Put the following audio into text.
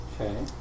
Okay